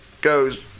Goes